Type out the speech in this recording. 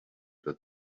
that